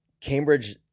Cambridge